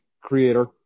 Creator